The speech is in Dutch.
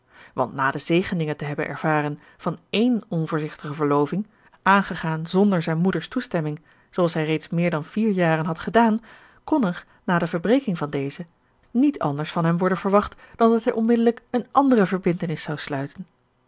want na de zegeningen te hebben ervaren van ééne onvoorzichtige verloving aangegaan zonder zijn moeder's toestemming zooals hij reeds meer dan vier jaren had gedaan kon er na de verbreking van deze niet anders van hem worden verwacht dan dat hij onmiddellijk eene andere verbintenis zou sluiten